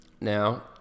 now